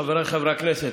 חבריי חברי הכנסת,